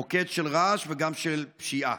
מוקד של רעש וגם של פשיעה.